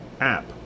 app